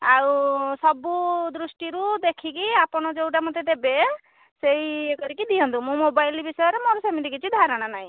ଆଉ ସବୁ ଦୃଷ୍ଟିରୁ ଦେଖିକି ଆପଣ ଯେଉଁଟା ମୋତେ ଦେବେ ସେହି ଇଏ କରିକି ଦିଅନ୍ତୁ ମୁଁ ମୋବାଇଲ ବିଷୟରେ ମୋର ସେମିତି କିଛି ଧାରଣା ନାହିଁ